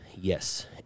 yes